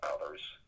others